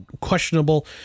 questionable